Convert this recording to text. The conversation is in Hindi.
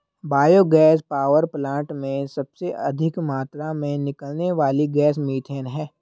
बायो गैस पावर प्लांट में सबसे अधिक मात्रा में निकलने वाली गैस मिथेन है